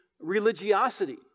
religiosity